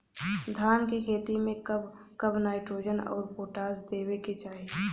धान के खेती मे कब कब नाइट्रोजन अउर पोटाश देवे के चाही?